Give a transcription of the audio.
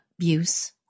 abuse